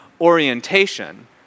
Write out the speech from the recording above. orientation